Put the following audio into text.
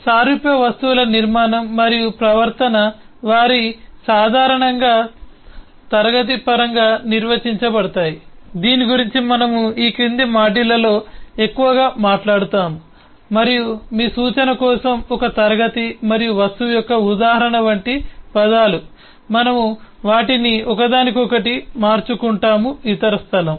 సారూప్య వస్తువుల నిర్మాణం మరియు ప్రవర్తన వారి సాధారణ క్లాస్ పరంగా నిర్వచించబడతాయి దీని గురించి మనము ఈ క్రింది మాడ్యూళ్ళలో ఎక్కువగా మాట్లాడుతాము మరియు మీ సూచన కోసం ఒక క్లాస్ మరియు వస్తువు యొక్క ఉదాహరణ వంటి పదాలు మనము వాటిని ఒకదానికొకటి మార్చుకుంటాము ఇతర స్థలం